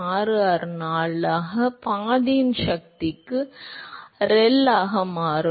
664 ஆக பாதியின் சக்திக்கு ReL ஆக மாறும்